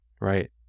right